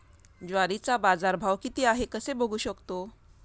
ज्वारीचा बाजारभाव किती आहे कसे बघू शकतो?